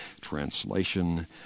translation